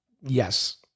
Yes